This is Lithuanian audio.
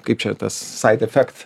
kaip čia tas sait efekt